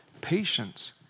patience